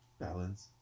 balance